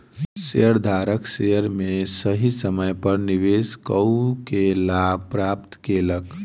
शेयरधारक शेयर में सही समय पर निवेश कअ के लाभ प्राप्त केलक